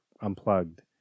unplugged